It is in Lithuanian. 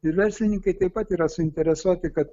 ir verslininkai taip pat yra suinteresuoti kad